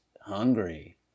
hungry